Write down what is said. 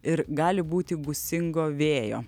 ir gali būti gūsingo vėjo